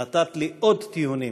נתת לי עוד טיעונים